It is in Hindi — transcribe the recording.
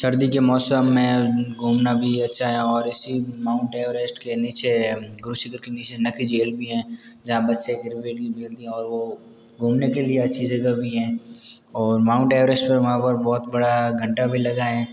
सर्दी के मौसम में घूमना भी अच्छा है और इसी माउंट एवरेस्ट के नीचे गुरु श्री धर नीचे नक्की झील भी है जहाँ बच्चे क्रिकेट भी खेलते हैं और वो घूमने के लिए अच्छी जगह भी हैं और माउंट एवरेस्ट पर वहाँ पर बहुत बड़ा घंटा भी लगा है